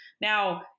Now